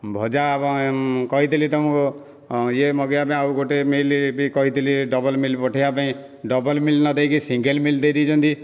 ଭଜା କହିଥିଲି ତମକୁ ଇଏ ମଗାଇବା ପାଇଁ ଆଉ ଗୋଟେ ମିଲ ବି କହିଥିଲି ଡବଲ ମିଲ ପଠାଇବା ପାଇଁ ଡବଲ ମିଲ ନ ଦେଇ କି ସିଙ୍ଗଲ ମିଲ ଦେଇ ଦେଇଛନ୍ତି